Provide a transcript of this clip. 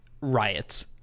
Riots